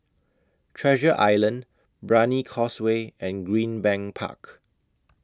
Treasure Island Brani Causeway and Greenbank Park